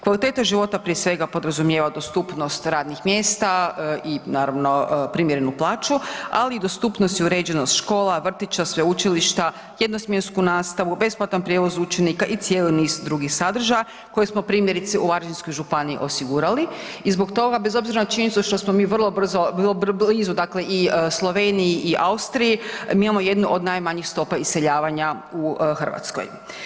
Kvaliteta života prije svega podrazumijeva dostupnost radnih mjesta i naravno primjerenu plaću, ali i dostupnost i uređenost škola, vrtića, sveučilišta, jednosmjensku nastavu, besplatan prijevoz učenika i cijeli niz drugih sadržaja koje smo primjerice u Varaždinskoj županiji osigurali i zbog toga bez obzira na činjenicu što smo mi vrlo blizu Sloveniji i Austriji mi imamo jednu od najmanjih stopa iseljavanja u Hrvatskoj.